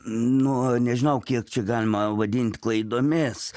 nu nežinau kiek čia galima vadint klaidomis